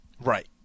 Right